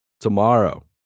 tomorrow